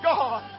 God